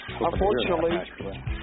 unfortunately